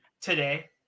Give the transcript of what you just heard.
today